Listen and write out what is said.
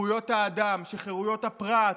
שזכויות האדם, שחירויות הפרט,